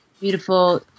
beautiful